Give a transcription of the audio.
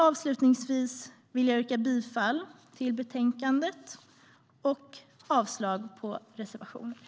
Avslutningsvis vill jag yrka jag bifall till utskottets förslag och avslag på reservationerna.